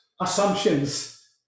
assumptions